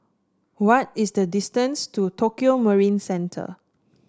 what is the distance to Tokio Marine Center